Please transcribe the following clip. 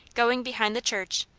going behind the church,